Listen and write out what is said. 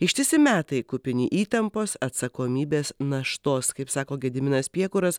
ištisi metai kupini įtampos atsakomybės naštos kaip sako gediminas piekuras